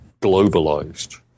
globalized